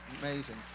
Amazing